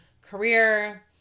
career